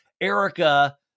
erica